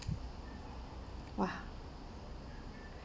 !wah!